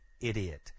idiot